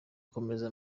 gukomereza